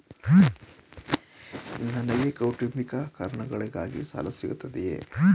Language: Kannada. ನನಗೆ ಕೌಟುಂಬಿಕ ಕಾರಣಗಳಿಗಾಗಿ ಸಾಲ ಸಿಗುತ್ತದೆಯೇ?